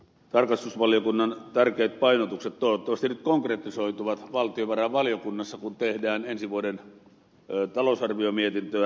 tarkastusvaliokunnan tärkeät painotukset toivottavasti nyt konkretisoituvat valtiovarainvaliokunnassa kun tehdään ensi vuoden talousarviomietintöä